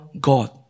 God